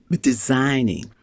designing